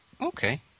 Okay